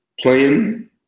playing